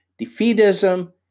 Defeatism